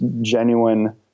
genuine